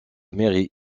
mairie